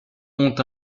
ont